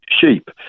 sheep